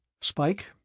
Spike